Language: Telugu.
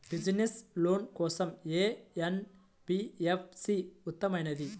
బిజినెస్స్ లోన్ కోసం ఏ ఎన్.బీ.ఎఫ్.సి ఉత్తమమైనది?